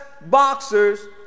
boxers